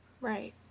Right